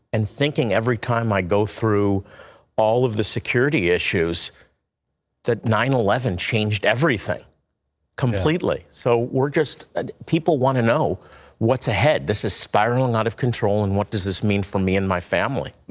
and thinking every time i go through all of the security issues that nine eleven changed everything completely. so we're just ah people want to know what is ahead. this is spiralling out of control, and what does this mean for me and my family.